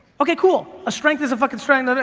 okay, cool, a strength is a fucking strength,